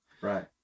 Right